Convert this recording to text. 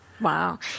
Wow